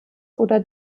oder